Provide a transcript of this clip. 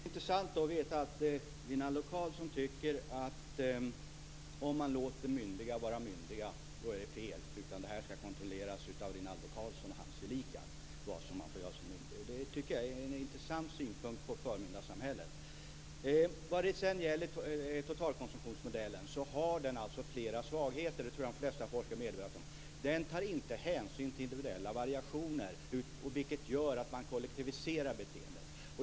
Herr talman! Det är intressant att veta att Rinaldo Karlsson tycker att det är fel att låta myndiga vara myndiga. Vad man får göra som myndig ska kontrolleras av Rinaldo Karlsson och hans gelikar. Det är en intressant synpunkt på förmyndarsamhället. Totalkonsumtionsmodellen har flera svagheter. Det tror jag att de flesta forskare är medvetna om. Den tar inte hänsyn till individuella variationer, vilket gör att man kollektiviserar beteendet.